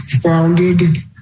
founded